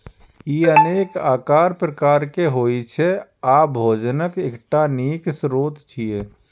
ई अनेक आकार प्रकार के होइ छै आ भोजनक एकटा नीक स्रोत छियै